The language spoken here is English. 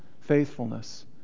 faithfulness